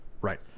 Right